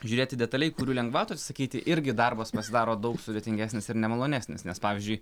žiūrėti detaliai kurių lengvatų atsisakyti irgi darbas pasidaro daug sudėtingesnis ir nemalonesnis nes pavyzdžiui